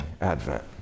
Advent